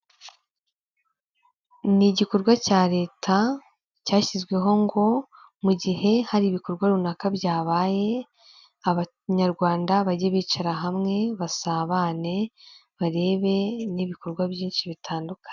Ni igikorwa cya leta cyashyizweho ngo mu gihe hari ibikorwa runaka byabaye, abanyarwanda bajye bicara hamwe basabane, barebe n'ibikorwa byinshi bitandukanye.